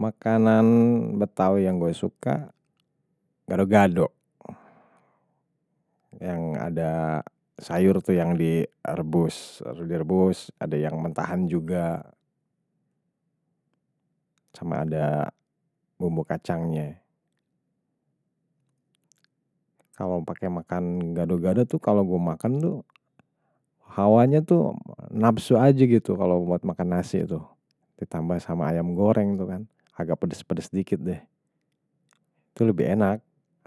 Makanan betawi yang gue suka, gado-gado. Yang ada sayur tu yang direbus, ada yang mentahan juga. Sama ada bumbu kacangnye. Kalau pakai makan gado-gado tuh kalau gue makan tuh, hawanya tuh nabsu aja gitu kalau buat makan nasi tuh. Ditambah sama ayam goreng tuh kan, agak pedas-pedas sedikit deh. Itu lebih enak,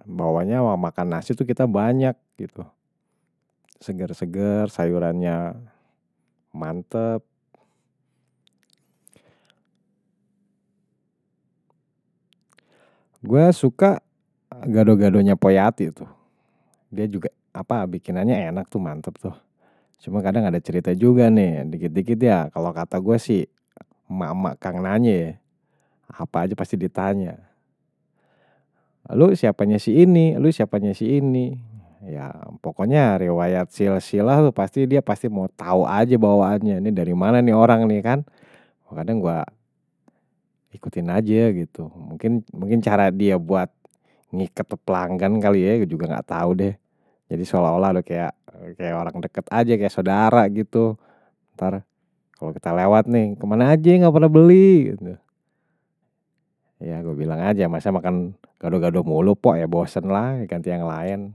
bawahnya makan nasi tuh kita banyak gitu. Seger-seger, sayurannya mantep. Gue suka gado-gado-nya pok yati tuh. Dia juga bikinannya enak tuh, mantep tuh. Cuman kadang ada cerita juga nih, dikit-dikit ya. Kalau kata gue sih, emak-emak kang nanya ya. Apa aja pasti ditanya. Lu siapanya si ini lu siapanya si ini ya pokoknya, riwayat sil-silah pasti dia mau tahu aja bawahannya. Ini dari mana nih orang nih kan kadang gue ikutin aja gitu. Mungkin cara dia buat ngikut pelanggan kali ya, gue juga nggak tahu deh. Jadi seolah olah kayak orang deket aja, kayak saudara gitu. Ntar kalau kita lewat nih, kemana aja yang nggak pernah beli ya gue bilang aja, masa makan gado-gado mulu, pok ya bosan lah, ganti yang lain.